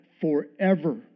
forever